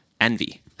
envy